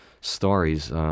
stories